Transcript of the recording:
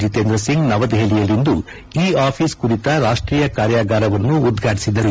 ಜೀತೇಂದ್ರ ಸಿಂಗ್ ನವದೆಪಲಿಯಲ್ಲಿಂದು e office ಕುರಿತ ರಾಷ್ಟೀಯ ಕಾರ್ಯಾಗಾರವನ್ನು ಉದ್ಘಾಟಿಸಿದರು